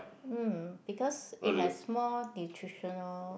mm because it has more nutritional